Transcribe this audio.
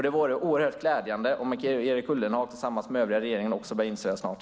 Det vore oerhört glädjande om Erik Ullenhag tillsammans med den övriga regeringen också börjar inse det snart.